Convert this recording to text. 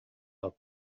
out